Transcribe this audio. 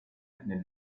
nel